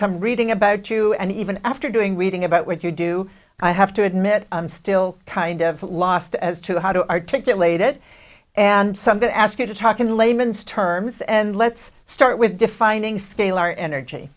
some reading about you and even after doing reading about what you do i have to admit i'm still kind of lost as to how to articulate it and some to ask you to talk in layman's terms and let's start with defining scalar energy